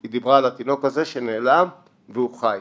היא דיברה על התינוק הזה שהוא נעלם והוא חי.